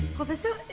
professor,